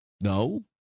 No